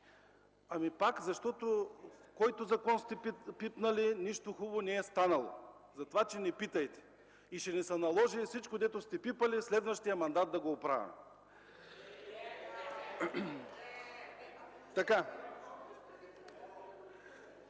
Пак, защото който закон сте пипнали, нищо хубаво не е станало. Затова не питайте. Ще ни се наложи всичко, което сте пипали, следващия мандат да го оправяме.